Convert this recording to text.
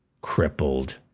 crippled